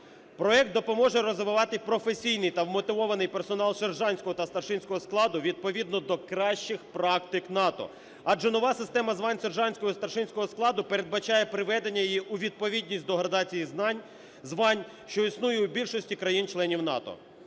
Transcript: проект допоможе розвивати професійний та вмотивований персонал сержантського та старшинського складу відповідно до кращих практик НАТО, адже нова система звань сержантського і старшинського складу передбачає приведення її у відповідність до градації звань, що існує в більшості країн – членів НАТО.